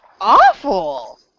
awful